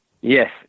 Yes